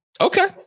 Okay